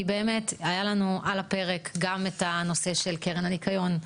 כי באמת היה לנו על הפרק גם את הנושא של קרן הניקיון,